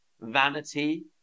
vanity